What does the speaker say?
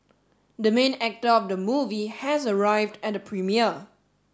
the main actor of the movie has arrived at the premiere